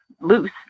loose